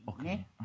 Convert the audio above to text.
okay